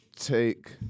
Take